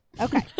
Okay